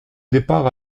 départ